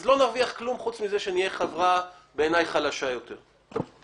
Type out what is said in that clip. לא נרוויח כלום חוץ מזה שנהיה חברה חלשה יותר בעיניי.